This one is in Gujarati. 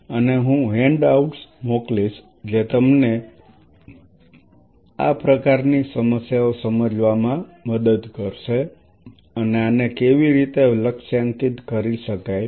અને હું હેન્ડઆઉટ્સ મોકલીશ જે તમને આ પ્રકારની સમસ્યાઓ સમજવામાં મદદ કરશે અને આને કેવી રીતે લક્ષ્યાંકિત કરી શકાય છે